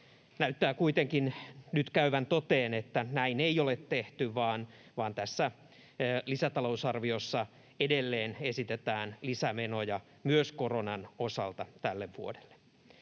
Näyttää kuitenkin nyt käyvän toteen, että näin ei ole tehty, vaan tässä lisätalousarviossa edelleen esitetään lisämenoja myös koronan osalta tälle vuodelle.